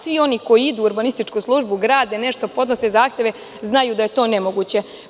Svi oni koji idu u urbanističku službu, grade nešto, podnose zahteve, znaju da je to nemoguće.